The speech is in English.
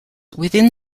within